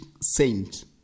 saint